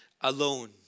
alone